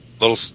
little